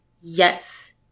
Yes